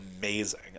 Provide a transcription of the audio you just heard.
amazing